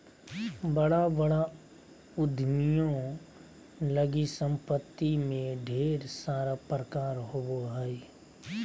बड़ा बड़ा उद्यमियों लगी सम्पत्ति में ढेर सारा प्रकार होबो हइ